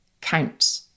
counts